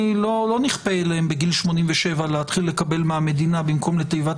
לא נכפה עליהם בגיל 87 להתחיל לקבל מהמדינה במקום לתיבת